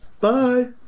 Bye